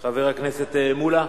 חבר הכנסת מולה.